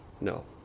no